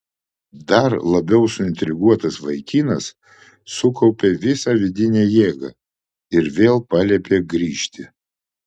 dar labiau suintriguotas vaikinas sukaupė visą vidinę jėgą ir vėl paliepė grįžti